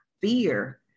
fear